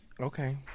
Okay